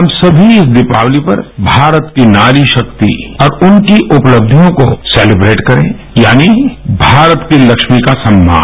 हम समी इस दीपावली पर भारत की नारी शक्ति और उनकी उपलब्धियों को सेलिब्रेट करें यानी भारत की लक्ष्मी का सम्मान